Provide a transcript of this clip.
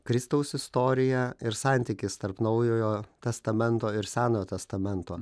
kristaus istorija ir santykis tarp naujojo testamento ir senojo testamento